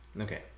Okay